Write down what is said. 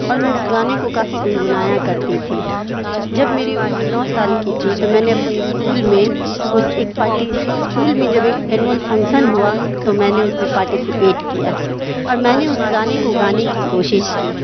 اور میں اس گانے کو کافی گنگنایا کرتی تھی جب میری عمر نو سال کی تھی تو میں نے اپنے اسکول میں اس ایک پارٹی اسکول میں جب ایک اینول فنکسن ہوا تو میں نے اس میں پارٹیسپیٹ کیا اور میں نے اس گانے کو گانے کی کوشش کی